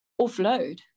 offload